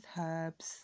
herbs